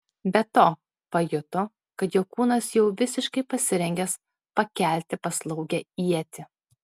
be to pajuto kad jo kūnas jau visiškai pasirengęs pakelti paslaugią ietį